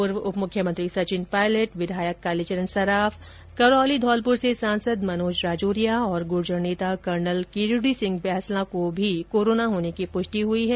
पूर्व उप मुख्यमंत्री सचिन पायलट विधायक कालीचरण सराफ करौली धौलपुर से सांसद मनोज राजोरिया और गुर्जर नेता कर्नल किरोड़ी सिंह बैंसला को कोरोना होने की पुष्टि हुई है